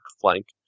flank